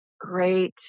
great